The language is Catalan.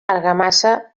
argamassa